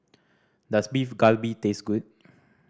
does Beef Galbi taste good